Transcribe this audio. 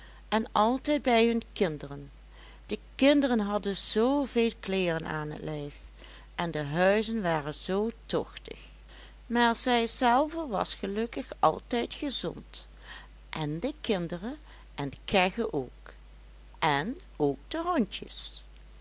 en altijd bij hun kinderen de kinderen hadden zooveel kleeren aan t lijf en de huizen waren zoo tochtig maar zij zelve was gelukkig altijd gezond en de kinderen en kegge ook en ook de hondjes